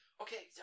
Okay